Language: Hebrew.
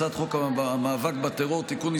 הצעת חוק המאבק בטרור (תיקון,